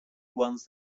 ones